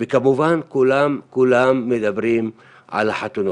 וכמובן כולם מדברים על החתונות.